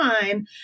time